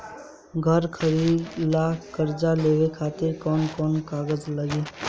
घर खरीदे ला कर्जा लेवे खातिर कौन कौन कागज लागी?